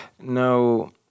no